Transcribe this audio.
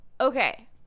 Okay